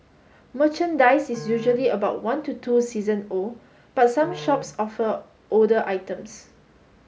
merchandise is usually about one to two season old but some shops offer older items